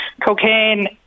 Cocaine